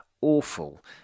awful